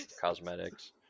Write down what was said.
cosmetics